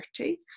30